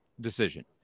decision